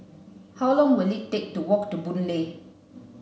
how long will it take to walk to Boon Lay